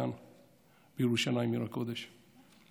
כאן בירושלים עיר הקודש.